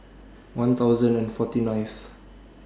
one thousand and forty nineth